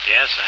Yes